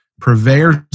purveyors